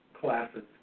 classes